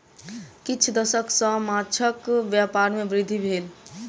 किछ दशक सॅ माँछक व्यापार में वृद्धि भेल